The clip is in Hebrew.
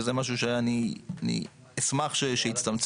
וזה משהו שאני אשמח שיצטמצם.